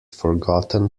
forgotten